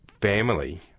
family